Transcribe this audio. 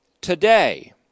Today